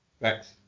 Thanks